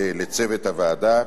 לצוות הוועדה,